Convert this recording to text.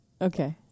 Okay